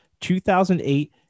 2008